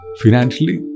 financially